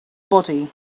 body